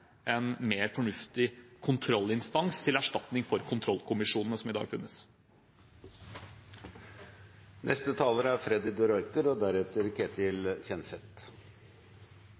en mer fornuftig kontrollinstans, til erstatning for de kontrollkommisjonene som i dag finnes. Dette er en viktig debatt, og